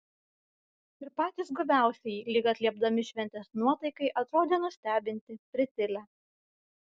ir patys guviausieji lyg atliepdami šventės nuotaikai atrodė nustebinti pritilę